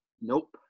Nope